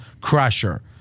crusher